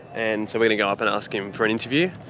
and so we're gonna go up and ask him for an interview.